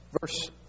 Verse